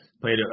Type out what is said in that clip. played